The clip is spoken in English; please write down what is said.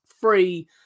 free